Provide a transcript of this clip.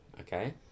okay